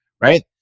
right